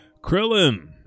Krillin